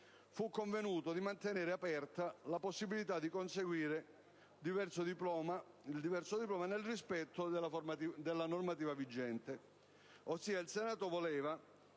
fu convenuto di mantenere aperta la possibilità di conseguire il diverso diploma di laurea nel rispetto della normativa vigente. Più precisamente, il Senato voleva